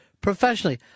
professionally